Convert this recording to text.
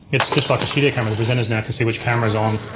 it's just like a studio camera. the presenters now can see which camera is on.